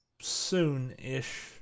soon-ish